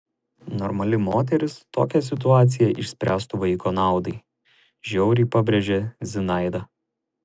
normali moteris tokią situaciją išspręstų vaiko naudai žiauriai pabrėžė zinaida